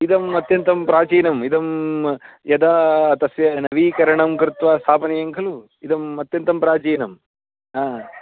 इदम् अत्यन्तं प्राचीनम् इदं यदा तस्य नवीकरणं कृत्वा स्थापनीयं खलु इदम् अत्यन्तं प्राचीनं हा